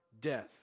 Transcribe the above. death